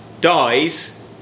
dies